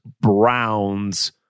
Browns